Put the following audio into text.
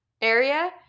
area